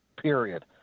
period